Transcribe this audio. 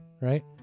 right